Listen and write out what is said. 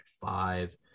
five